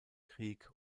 krieg